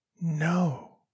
No